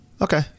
Okay